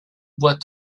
bois